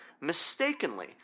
Mistakenly